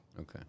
Okay